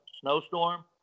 snowstorm